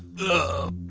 the